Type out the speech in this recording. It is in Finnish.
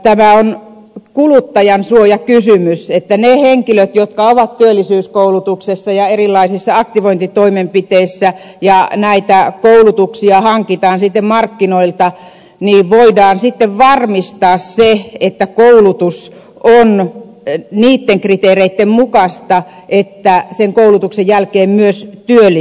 kun niille henkilöille jotka ovat työllisyyskoulutuksessa ja erilaisissa aktivointitoimenpiteissä näitä koulutuksia hankitaan sitten markkinoilta niin voidaan varmistaa se että koulutus on niitten kriteereitten mukaista että sen koulutuksen jälkeen myös työllistytään